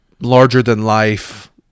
larger-than-life